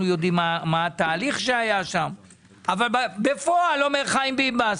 יודעים מה התהליך שהיה שם אבל בפועל אומר חיים ביבס